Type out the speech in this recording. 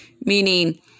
meaning